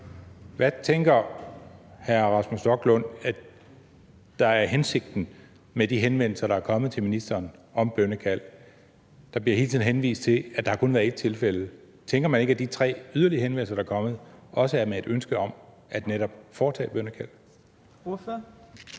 Stoklund, der er hensigten med de henvendelser, der er kommet til ministeren, om bønnekald? Der bliver hele tiden henvist til, at der kun har været ét tilfælde. Tænker man ikke, at de tre yderligere henvendelser, der er kommet, også er med et ønske om netop at foretage bønnekald?